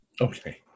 Okay